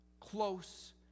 close